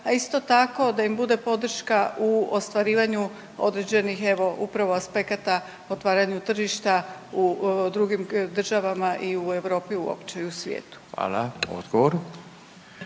a isto tako da im bude podrška u ostvarivanju određenih evo upravo aspekata otvaranju tržišta u drugim državama i u Europi uopće i u svijetu. **Radin,